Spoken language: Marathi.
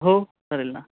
हो चालेल ना